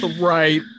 Right